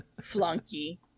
Flunky